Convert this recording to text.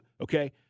okay